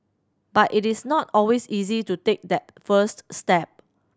but it is not always easy to take that first step